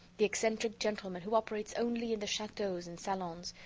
the eccentric gentleman who operates only in the chateaux and salons,